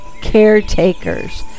caretakers